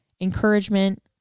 encouragement